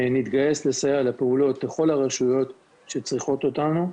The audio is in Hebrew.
נתגייס לסייע לפעולות לכל הרשויות שצריכות אותנו,